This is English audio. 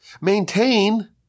maintain